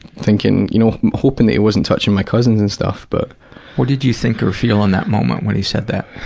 thinking, you know hoping that he wasn't touching my cousins and stuff, but paul what did you think or feel in that moment when he said that?